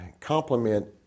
complement